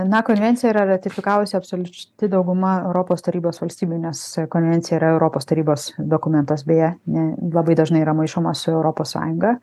na konvenciją yra ratifikavusi absoliuti dauguma europos tarybos valstybių nes konvencija yra europos tarybos dokumentas beje ne labai dažnai yra maišoma su europos sąjunga